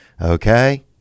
Okay